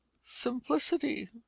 simplicity